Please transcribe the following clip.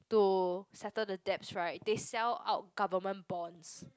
to settle the debts right they sell out government bonds